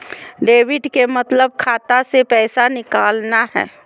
debit के मतलब खाता से पैसा निकलना हय